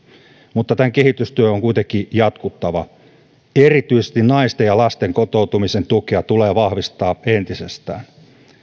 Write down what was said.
mutta tämän kehitystyön on kuitenkin jatkuttava erityisesti naisten ja lasten kotoutumisen tukea tulee vahvistaa entisestään